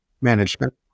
management